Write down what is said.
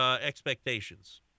expectations